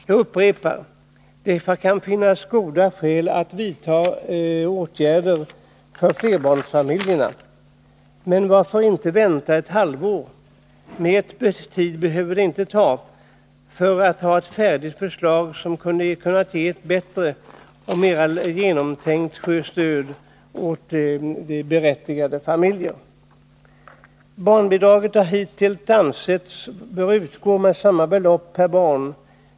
Jag upprepar att det kan finnas skäl att vidta åtgärder för flerbarnsfamiljerna. Men varför inte vänta ett halvår? Längre tid behöver det inte ta för att vi skall kunna anta ett färdigt förslag, som kan ge ett bättre och mer genomtänkt stöd åt de barnfamiljer som är berättigade därtill. Barnbidraget har hittills ansetts böra utgå med samma belopp per barn.